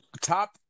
top